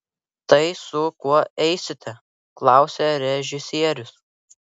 tai su kuo eisite klausia režisierius